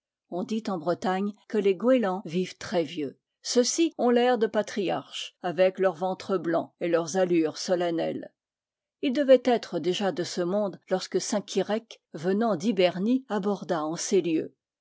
on dit en bretagne que les goélands vivent très vieux ceux-ci ont l'air de patriarches avec leur ventre blanc et leurs allures solennelles ils devaient être déjà de ce monde lorsque saint kirek venant d'hibernie aborda en ces lieux